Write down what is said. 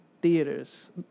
theaters